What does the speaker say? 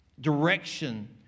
direction